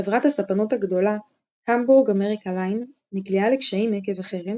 חברת הספנות הגדולה Hamburg America Line נקלעה לקשיים עקב החרם,